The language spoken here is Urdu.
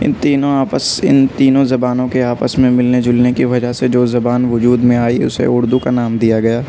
ان تینوں آپس ان تینوں زبانوں کے آپس میں ملنے جلنے کی وجہ سے جو زبان وجود میں آئی اسے اردو کا نام دیا گیا